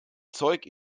zeug